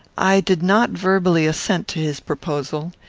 i did not verbally assent to his proposal.